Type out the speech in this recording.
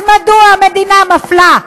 אז מדוע המדינה מפלה?